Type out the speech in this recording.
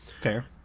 Fair